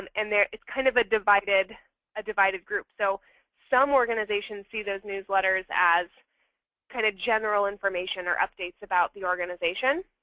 and and it's kind of a divided ah divided group. so some organizations see those newsletters as kind of general information or updates about the organization.